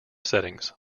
settings